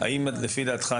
האם לפי דעתך,